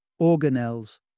Organelles